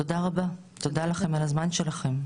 תודה רבה, תודה לכן על הזמן שלכן.